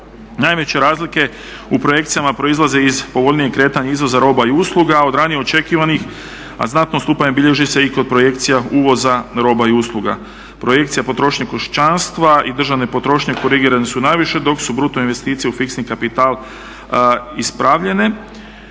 Najveće razlike u projekcijama proizlaze iz povoljnijeg kretanja izvoza roba i usluga od ranije očekivanih a znatno odstupanje bilježi se i kod projekcija uvoza roba i usluga. Projekcija potrošnje kućanska i državne potrošnje korigirani su najviše dok su bruto investicije u fiksni kapital ispravljene